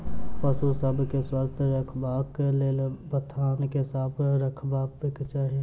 पशु सभ के स्वस्थ रखबाक लेल बथान के साफ रखबाक चाही